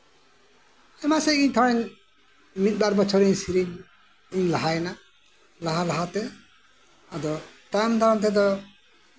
ᱟᱭᱢᱟ ᱥᱮᱫ ᱜᱮ ᱛᱷᱚᱲᱟᱧ ᱢᱤᱫ ᱵᱟᱨ ᱵᱚᱪᱷᱚᱨ ᱜᱤᱧ ᱞᱟᱦᱟᱭᱮᱱᱟ ᱞᱟᱦᱟ ᱞᱟᱦᱟᱛᱮ ᱟᱫᱚ ᱛᱟᱭᱚᱢ ᱫᱟᱨᱟᱢ ᱛᱮᱫᱚ